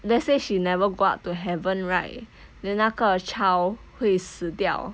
let's say she never go up to heaven right then 那个 child 会死掉